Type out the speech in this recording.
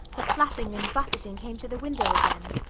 the flapping and buffeting came to the window again.